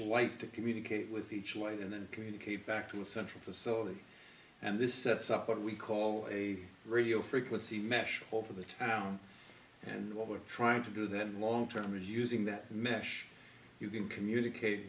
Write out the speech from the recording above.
each light to communicate with each light and communicate back to the central facility and this sets up what we call a radio frequency mesh over the town and what we're trying to do then long term is using that mesh you can communicate